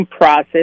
process